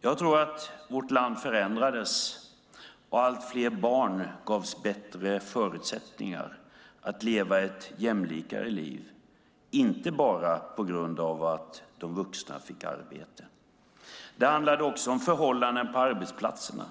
Jag tror att vårt land förändrades och att allt fler barn gavs bättre förutsättningar att leva ett jämlikare liv, inte bara på grund av att de vuxna fick arbete. Det handlade för det första om förhållanden på arbetsplatserna,